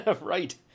right